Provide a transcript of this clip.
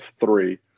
three